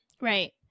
Right